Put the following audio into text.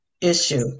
issue